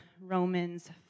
Romans